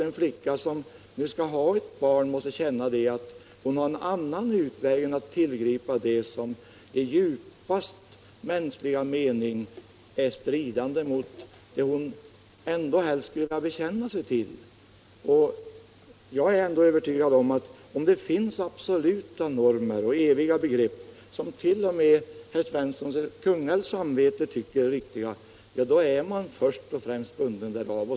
En flicka som skall ha ett barn måste känna att hon har en annan utväg än att tillgripa det som i djupaste mänskliga mening strider mot det hon ändå helst skulle vilja bekänna sig till. Jag är övertygad om att om det finns absoluta normer och eviga begrepp som t.o.m. för herr Svenssons samvete är riktiga, då är man först och främst bunden därav.